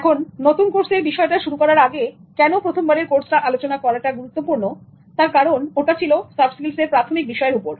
এখননতুন কোর্সের বিষয়টা শুরু করার আগে কেন প্রথমবারের কোর্সটা আলোচনা করাটা গুরুত্বপৃর্ণ কারন ওটা ছিল সফট স্কিলসের প্রাথমিক বিষয়ের উপর